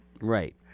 Right